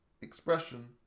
expression